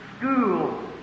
school